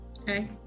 Okay